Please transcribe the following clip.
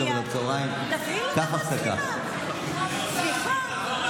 100,000 פעמים אנשים הגיעו ואמרו: גם אני וגם אני וגם אני,